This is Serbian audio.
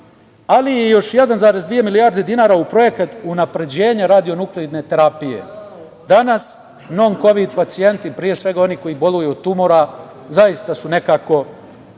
ali i još 1,2 milijardi dinara u projekat unapređenja radionukleidne terapije. Danas kovid pacijenti, pre svega oni koji boluju od tumora, zaista su nekako